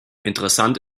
interessant